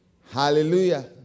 Hallelujah